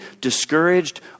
discouraged